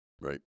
Right